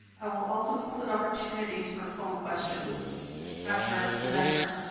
i will also include opportunities for phone questions after every presenter.